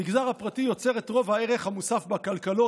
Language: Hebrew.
המגזר הפרטי יוצר את רוב הערך המוסף בכלכלות